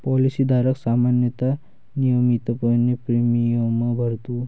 policy धारक सामान्यतः नियमितपणे प्रीमियम भरतो